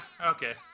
okay